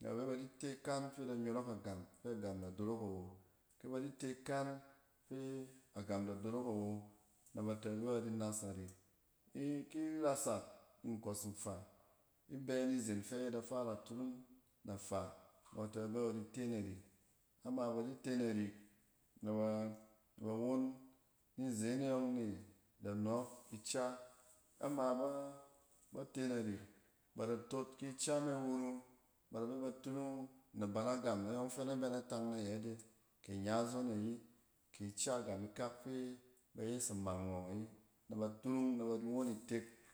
nɛ ba bɛ ba di te ikan fi ida nyↄrↄk agam fɛ agam da dorok awo. kɛ ba di te ikan fɛ agam da dorok awo nɛba tɛ ba bɛ di nas narik. In ki irasak, nkↄs nfaa, ibɛ nizen fɛ ida fara turung na fa nɛ ba tɛ ba bɛ ba di te narik. Ama ba di te narik, nɛ ba ne ba won. Izene yↄng ne da nↄↄk ica. A ma ba te narik ba da tok ki ica me wuru, ba da bɛ ba turung na ban na gam na yↄng fɛ na bɛ ba turung naban na gam na yↄng fɛ na bɛ na tang na yet e kɛ anyazon ayi ke ica gam ikak fɛ ba yes amangↄng ayi na ba turung na ba di won itek.